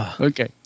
Okay